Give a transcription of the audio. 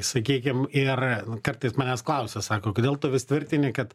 sakykim ir kartais manęs klausia sako kodėl tu vis tvirtini kad